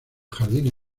jardines